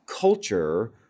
culture